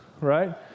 right